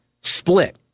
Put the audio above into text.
split